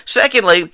Secondly